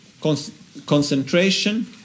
Concentration